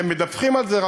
אתם מדווחים על זה,